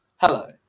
Hello